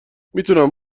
میتونم